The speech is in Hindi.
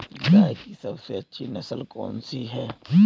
गाय की सबसे अच्छी नस्ल कौनसी है?